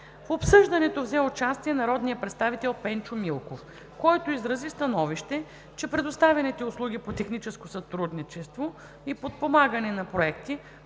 В обсъждането взе участие народният представител Пенчо Милков, който изрази становище, че предоставяните услуги по техническо сътрудничество и подпомагане на проекти